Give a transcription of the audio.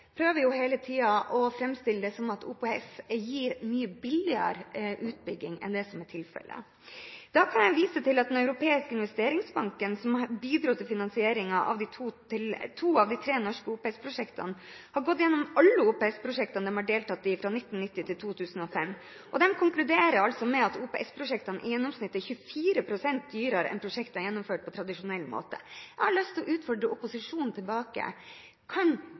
prøver hele tiden å framstille det som om OPS gir mye billigere utbygging enn det som er tilfellet. Da kan jeg vise til at Den europeiske investeringsbanken, som bidro til finansieringen av to av de tre norske OPS-prosjektene, har gått igjennom alle OPS-prosjekter de har deltatt i fra 1990 til 2005. De konkluderer med at OPS-prosjektene i gjennomsnitt er 24 pst. dyrere enn prosjekter gjennomført på tradisjonell måte. Jeg har lyst til å utfordre opposisjonen tilbake: Kan